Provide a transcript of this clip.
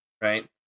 right